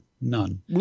none